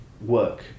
work